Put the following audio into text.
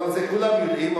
את זה כולם יודעים,